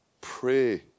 Pray